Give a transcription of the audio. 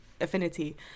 affinity